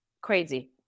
Crazy